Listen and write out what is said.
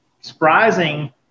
surprising